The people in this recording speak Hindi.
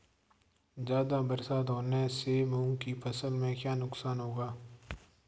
ज़्यादा बरसात होने से मूंग की फसल में क्या नुकसान होगा?